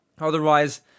Otherwise